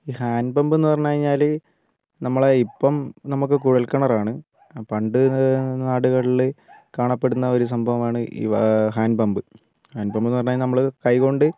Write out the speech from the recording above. ഈ hand pump എന്ന് പറഞ്ഞു കഴിഞ്ഞാൽ നമ്മളെ ഇപ്പം നമുക്ക് കുഴൽ കിണറാണ് പണ്ട് നാടുകളിൽ കാണപ്പെടുന്ന ഒരു സംഭവമാണ് ഈ ഹാന്റ് പമ്പ് ഹാന്റ് പമ്പ് എന്ന് പറഞ്ഞു കഴിഞ്ഞാൽ നമ്മൾ കൈ കൊണ്ട്